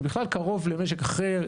אני בכלל קרוב למשק אחר,